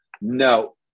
No